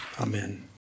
Amen